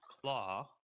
claw